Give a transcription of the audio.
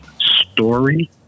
story